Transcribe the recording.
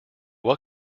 what